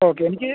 okay എനിക്ക്